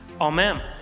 amen